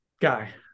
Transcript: guy